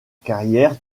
carrière